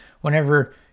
whenever